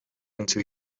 into